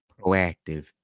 proactive